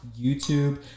youtube